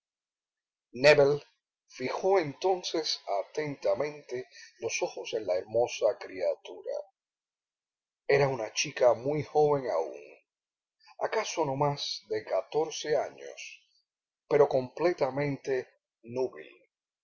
fijó entonces atentamente los ojos en la hermosa criatura era una chica muy joven aún acaso no más de catorce años pero completamente núbil